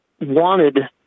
wanted